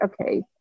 okay